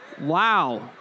Wow